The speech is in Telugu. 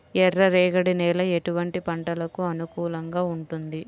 ఎర్ర రేగడి నేల ఎటువంటి పంటలకు అనుకూలంగా ఉంటుంది?